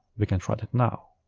we can try that now